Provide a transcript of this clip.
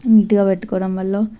నీటుగా పెట్టుకోవడం వల్ల